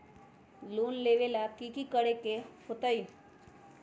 Loan लेबे ला की कि करे के होतई?